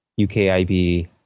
ukib